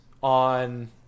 on